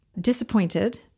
disappointed